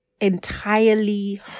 entirely